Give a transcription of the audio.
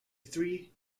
three